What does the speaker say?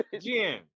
Jim